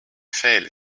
fail